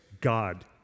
God